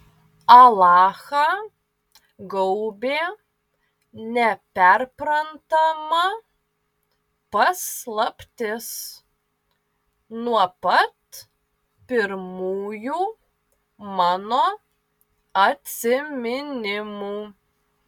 alachą gaubė neperprantama paslaptis nuo pat pirmųjų mano atsiminimų